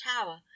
tower